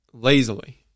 lazily